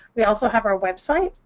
we also have our website,